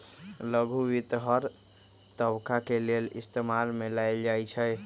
लघु वित्त हर तबका के लेल इस्तेमाल में लाएल जाई छई